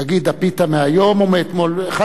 תגיד, הפיתה מאתמול או מהיום?